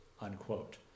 unquote